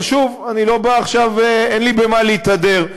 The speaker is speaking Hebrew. אבל שוב, אין לי במה להתהדר.